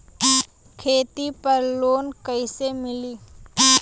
खेती पर लोन कईसे मिली?